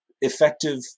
effective